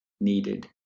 needed